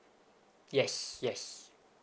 yes yes